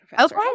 okay